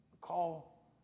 call